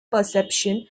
perception